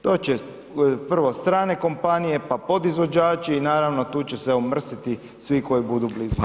To će prvo strane kompanije pa podizvođači i naravno tu će se omrsiti svi koji budu blizu te kase.